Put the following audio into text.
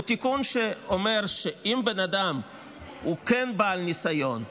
הוא תיקון שאומר שאם בן אדם הוא כן בעל ניסיון,